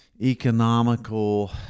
economical